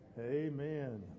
amen